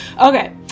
Okay